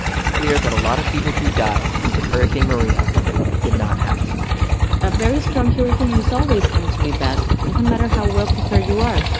it's clear that a lot of people who died because of hurricane maria did not have to a very strong hurricane is always going to be bad. it doesn't matter how well-prepared you are.